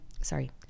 Sorry